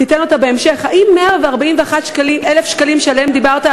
תיתן אותה בהמשך: האם 141,000 שקלים שעליהם דיברת,